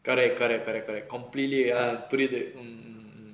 correct correct correct correct completely ah புரியுது:puriyuthu mm mm